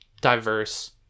diverse